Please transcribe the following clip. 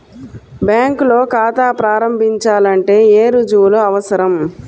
బ్యాంకులో ఖాతా ప్రారంభించాలంటే ఏ రుజువులు అవసరం?